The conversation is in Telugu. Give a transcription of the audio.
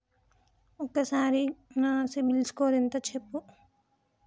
ఒక్కసారి నా సిబిల్ స్కోర్ ఎంత చెప్పు?